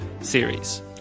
series